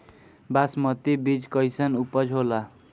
बासमती बीज कईसन उपज होला?